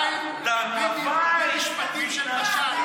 אופיר, תיזהר מלדבר מטאפורות.